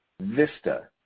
VISTA